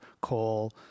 coal